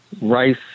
rice